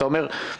אתה אומר,